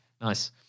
Nice